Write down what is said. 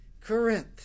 Corinth